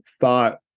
thought